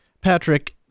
Patrick